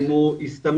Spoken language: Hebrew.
אם הוא הסתמך